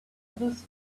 others